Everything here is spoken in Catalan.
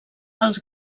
els